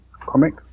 comic